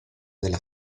della